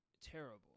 terrible